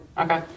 okay